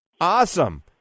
Awesome